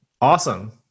Awesome